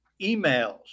emails